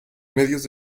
medios